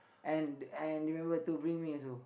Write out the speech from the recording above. and and remember to bring me also